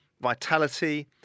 vitality